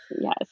yes